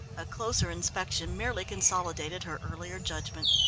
a closer inspection merely consolidated her earlier judgment.